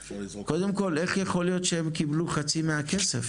קודם כל איך יכול להיות שהם קיבלו חצי מהכסף,